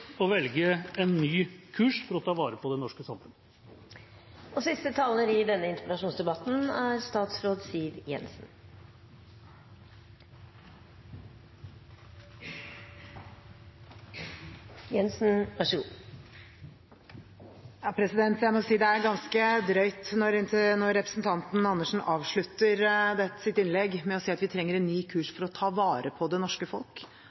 å velge en ny kurs for å ta vare på det norske samfunnet. Jeg må si at det er ganske drøyt når representanten Andersen avslutter sitt innlegg med å si at vi trenger en ny kurs for å ta vare på det norske folk.